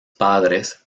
padres